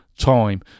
time